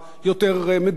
ואולי יותר מוצלחים.